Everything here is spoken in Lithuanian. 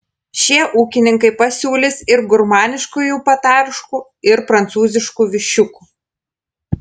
šie ūkininkai pasiūlys ir gurmaniškųjų patarškų ir prancūziškų viščiukų